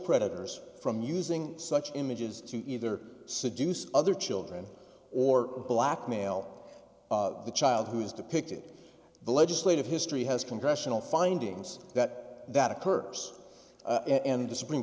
predators from using such images to either seduce other children or blackmail the child who is depicted the legislative history has congressional findings that that a curse in the supreme